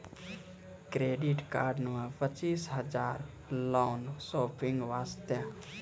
Credit card मे पचीस हजार हजार लोन शॉपिंग वस्ते?